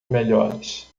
melhores